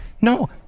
No